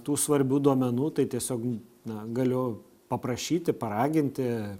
tų svarbių duomenų tai tiesiog na galiu paprašyti paraginti